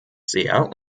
sehr